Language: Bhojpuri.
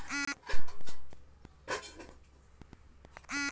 ए साहब हमार माटी क घर ए बरसात मे ढह गईल हमके प्रधानमंत्री आवास योजना क लाभ मिल जाई का?